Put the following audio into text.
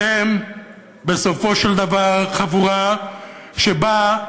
אתם בסופו של דבר חבורה שבאה